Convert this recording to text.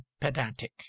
pedantic